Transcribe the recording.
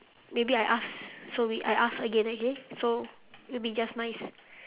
maybe I ask so we I ask again okay so will be just nice